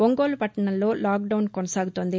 ఒంగోలు పట్లణంలో lockdown కొనసాగుతోంది